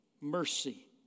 mercy